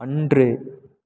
அன்று